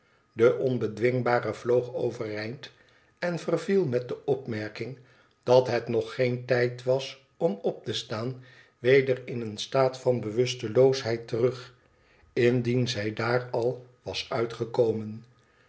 de onbedwingbare vloog overeind en verviel met de opmerking dat het nog geen tijd was om op te staan weder in een staat van bewusteloosheid terug indien zij daar al was uitgekomen